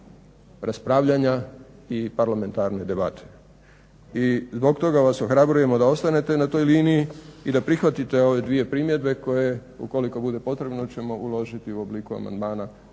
raspravljanja i parlamentarne debate. I zbog toga vas ohrabrujemo da ostanete na toj liniji i da prihvatite ove dvije primjedbe koje ukoliko bude potrebno ćemo uložiti u obliku amandmana